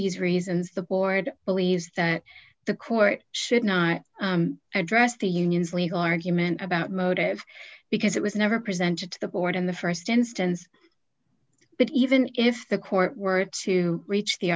these reasons the board believes that the court should not address the union's legal argument about motive because it was never presented to the board in the st instance but even if the court were to reach the